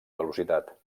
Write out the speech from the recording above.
velocitat